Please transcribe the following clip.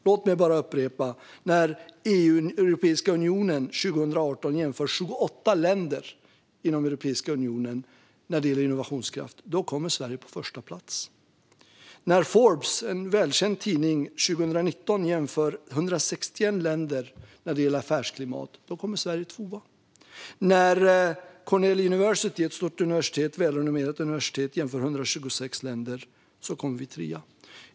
Låt mig bara upprepa: När Europeiska unionen 2018 jämförde 28 länder inom EU vad gällde innovationskraft kom Sverige på första plats. När den välkända tidningen Forbes 2019 jämförde 161 länder i fråga om affärsklimat kom Sverige tvåa. När Cornell University - ett stort och välrenommerat universitet - jämförde 126 länder kom vi trea.